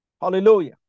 Hallelujah